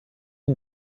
ihn